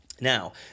Now